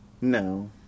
no